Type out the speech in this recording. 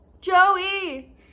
Joey